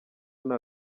nta